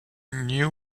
new